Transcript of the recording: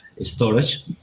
storage